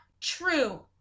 true